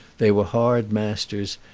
they were hard masters,